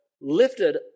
lifted